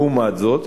לעומת זאת,